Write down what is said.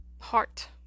heart